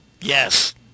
Yes